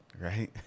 right